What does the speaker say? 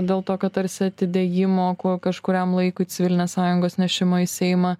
dėl tokio tarsi atidėjimo kuo kažkuriam laikui civilinės sąjungos nešimą į seimą